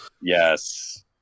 yes